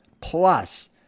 Plus